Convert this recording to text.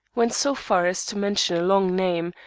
went so far as to mention a long name,